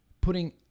putting